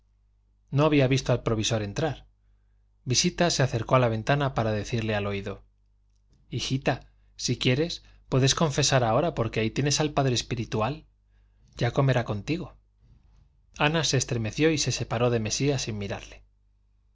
no había visto al provisor entrar visita se acercó a la ventana para decirle al oído hijita si quieres puedes confesar ahora porque ahí tienes al padre espiritual ya comerá contigo ana se estremeció y se separó de mesía sin mirarle